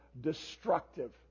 destructive